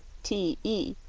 t e,